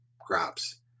crops